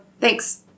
Thanks